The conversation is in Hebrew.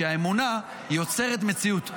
שהאמונה יוצרת מציאות.